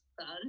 fun